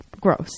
gross